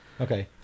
Okay